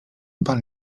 pan